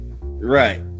Right